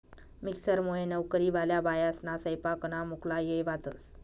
मिक्सरमुये नवकरीवाल्या बायास्ना सैपाकना मुक्ला येय वाचस